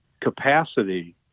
capacity